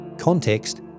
Context